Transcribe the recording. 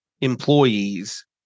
employees